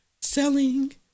selling